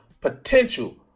potential